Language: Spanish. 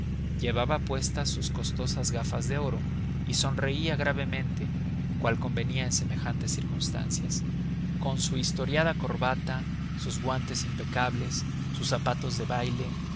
llevaba puestas sus costosas gafas de oro y sonreía gravemente cual convenía en semejantes circunstancias con su historiada corbata sus guantes impecables sus zapatos de baile